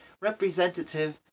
representative